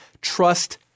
trust